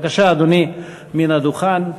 בבקשה, אדוני, מן הדוכן.